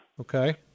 Okay